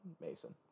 Mason